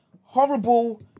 horrible